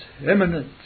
imminent